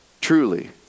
Truly